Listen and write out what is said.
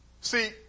See